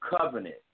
covenant